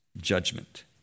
judgment